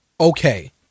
Okay